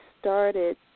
started